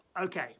okay